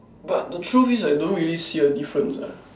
but the truth is I don't really see a difference lah